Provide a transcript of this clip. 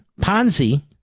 Ponzi